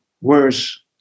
worse